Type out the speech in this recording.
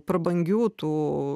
prabangių tų